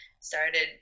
started